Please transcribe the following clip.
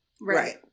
Right